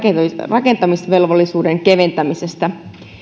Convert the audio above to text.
rakentamisvelvollisuuden keventämisestä